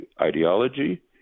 ideology